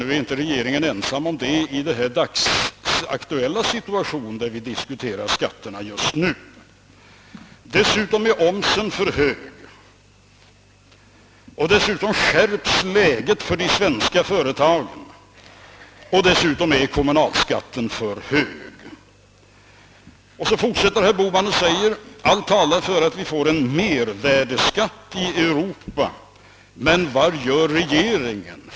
Regeringen är dock inte ensam om det i den dagsaktuella situationen i vilken vi diskuterar skatterna just nu. Dessutom är omsen för hög, dessutom skärps läget för de svenska företagen och dessutom är kommunalskatten för hög, fortsatte herr Bohman. Vidare menade han 'att allt talar för att man får en mervärdeskatt i Europa. Vad gör då regeringen?